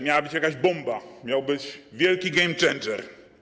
Miała być jakaś bomba, miał być wielki game changer.